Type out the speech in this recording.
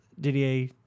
Didier